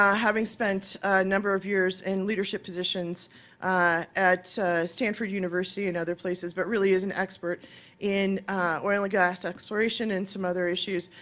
um having spent number of years in leadership positions at stanford university and other places, but really is an expert in oil and gas exploration and some other issues,